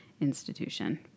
institution